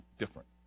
different